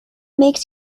makes